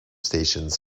stations